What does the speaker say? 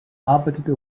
arbeitete